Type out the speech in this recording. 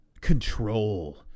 Control